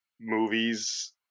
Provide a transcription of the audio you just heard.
movies